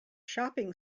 shopping